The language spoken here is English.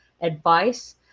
advice